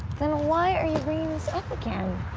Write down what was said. then why are you bringing this up again?